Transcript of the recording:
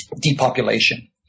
depopulation